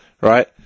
right